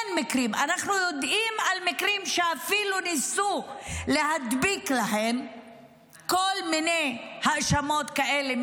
אנחנו יודעים על מקרים שאפילו ניסו להדביק להם כל מיני האשמות כאלה,